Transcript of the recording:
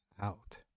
out